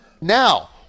Now